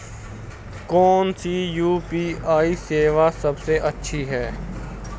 कौन सी यू.पी.आई सेवा सबसे अच्छी है?